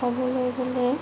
ক'বলৈ গ'লে